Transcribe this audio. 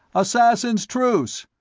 assassins' truce!